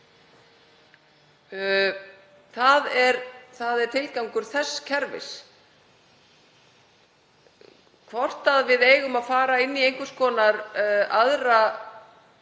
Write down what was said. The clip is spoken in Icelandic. Það er tilgangur þess kerfis. Eigum við að fara inn í einhvers konar aðra